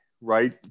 right